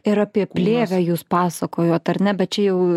ir apie plėvę jūs pasakojot ar ne bet čia jau